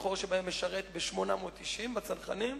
הבכור שבהם משרת ב-890, בצנחנים,